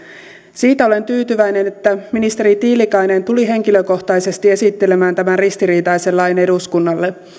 siitä olen tyytyväinen että ministeri tiilikainen tuli henkilökohtaisesti esittelemään tämän ristiriitaisen lain eduskunnalle